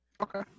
Okay